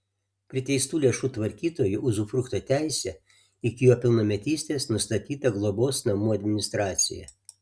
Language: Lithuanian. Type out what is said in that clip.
priteistų lėšų tvarkytoju uzufrukto teise iki jo pilnametystės nustatyta globos namų administracija